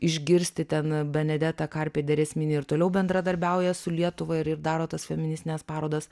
išgirsti ten benedeta karpe de resmini ir toliau bendradarbiauja su lietuva ir ir daro tas feministines parodas